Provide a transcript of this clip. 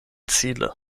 ziele